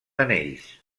anells